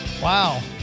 Wow